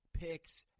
picks